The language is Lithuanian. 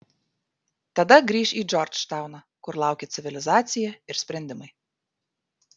tada grįš į džordžtauną kur laukė civilizacija ir sprendimai